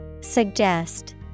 Suggest